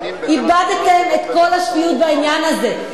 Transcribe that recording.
איבדתם את כל השפיות בעניין הזה.